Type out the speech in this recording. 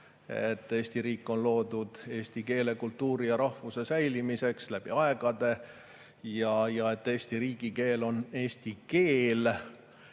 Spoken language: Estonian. Eesti riik on loodud eesti keele, kultuuri ja rahvuse säilimiseks läbi aegade ja et Eesti riigikeel on eesti keel.